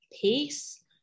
peace